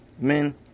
men